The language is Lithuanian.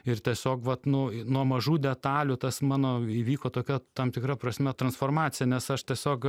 ir tiesiog vat nu nuo mažų detalių tas mano įvyko tokia tam tikra prasme transformacija nes aš tiesiog